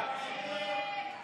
ההסתייגות